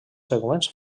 següents